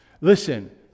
Listen